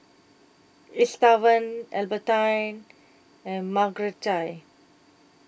Estevan Albertine and Marguerite